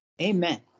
amen